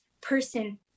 person